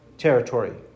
Territory